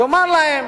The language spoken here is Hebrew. ותאמר להם: